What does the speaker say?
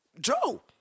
Joe